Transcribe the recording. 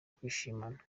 kwishimana